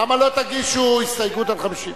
למה לא תגישו הסתייגות על 50?